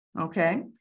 okay